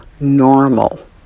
normal